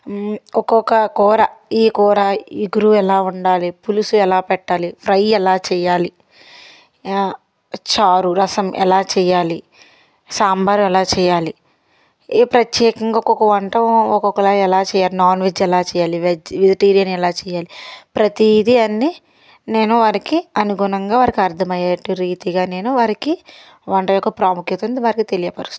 ఒక్కొక్క కూర ఈ కూర ఈ ఇగురు ఎలా ఉండాలి పులుసు ఎలా పెట్టాలి ఫ్రై ఎలా చేయాలి చారు రసం ఎలా చేయాలి సాంబార్ ఎలా చేయాలి ఏ ప్రత్యేకంగా ఒక వంట ఒకోలా ఎలా చేయాలి నాన్ వెజ్ ఎలా చేయాలి వెజ్ వెజిటేరియన్ ఎలా చేయాలి ప్రతీది అన్ని నేను వారికి అనుగుణంగా వారికి అర్థమయ్యేట్టు రీతిగా నేను వారికి వంట యొక్క ప్రాముఖ్యతను వారికి తెలియపరుస్తాను